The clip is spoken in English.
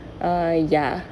err ya